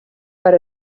per